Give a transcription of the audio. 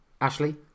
Ashley